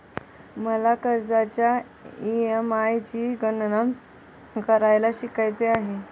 मला कर्जाच्या ई.एम.आय ची गणना करायला शिकायचे आहे